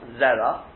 Zera